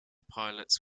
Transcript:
pilots